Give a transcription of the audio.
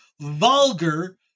vulgar